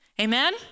Amen